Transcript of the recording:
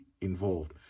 involved